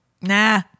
Nah